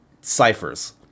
ciphers